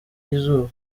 y’izuba